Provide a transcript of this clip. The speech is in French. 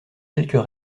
quelques